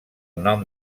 nom